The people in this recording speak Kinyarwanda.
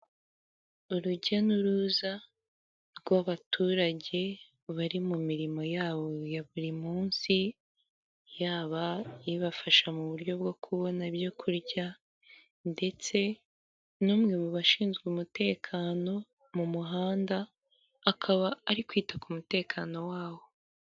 Urujya n'uruza rw'abaturage bari mu mirimo yabo ya buri munsi, yaba ibafasha mu buryo bwo kubona ibyo kurya ndetse n'umwe mu bashinzwe umutekano mu muhanda akaba ari kwita ku mutekano w'aho.